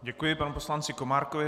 Děkuji panu poslanci Komárkovi.